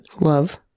Love